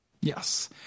Yes